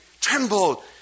Tremble